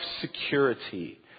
security